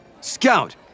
Scout